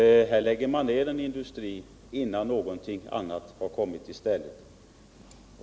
Här lägger man ned en industri innan någonting annat har kommit i stället.